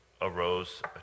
arose